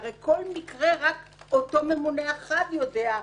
על כל מקרה אותו ממונה יודע,